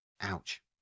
ouch